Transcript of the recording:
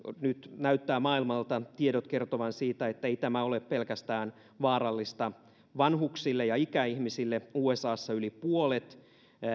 nyt näyttävät tiedot maailmalta kertovan siitä että ei tämä ole vaarallista pelkästään vanhuksille ja ikäihmisille usassa yli puolet